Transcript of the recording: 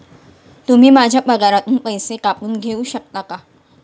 तुम्ही माझ्या पगारातून पैसे कापून घेऊ शकता का?